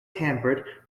hampered